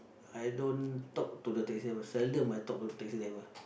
I don't talk to the taxi driver seldom I talk to the taxi driver